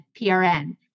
PRN